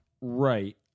Right